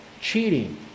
cheating